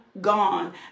gone